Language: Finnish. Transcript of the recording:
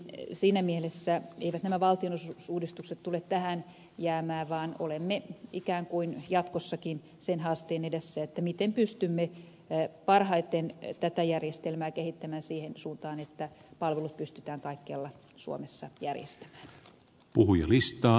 siinä mielessä eivät nämä valtionosuusuudistukset tule tähän jäämään vaan olemme ikään kuin jatkossakin sen haasteen edessä miten pystymme parhaiten tätä järjestelmää kehittämään siihen suuntaan että palvelut pystytään kaikkialla suomessa järjestämään